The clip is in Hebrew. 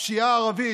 הפשיעה הערבית,